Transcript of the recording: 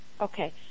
Okay